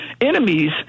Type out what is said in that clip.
enemies